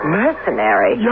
mercenary